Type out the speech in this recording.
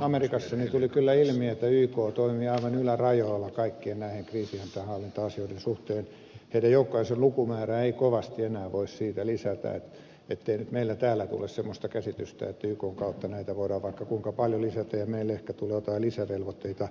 amerikassa tuli kyllä ilmi että yk toimii aivan ylärajoilla kaikkien näiden kriisinhallinta asioiden suhteen ja heidän joukkojensa lukumäärää ei kovasti enää voi siitä lisätä joten ettei nyt meillä täällä tule semmoista käsitystä että ykn kautta näitä voidaan vaikka kuinka paljon lisätä ja meille ehkä tulee jotain lisävelvoitteita